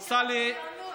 של הציונות?